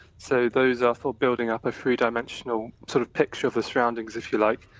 so those are for building up a three-dimensional sort of picture of the surroundings, if you like.